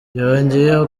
yongeyeho